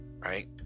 Right